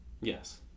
Yes